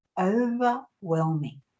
overwhelming